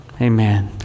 Amen